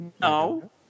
No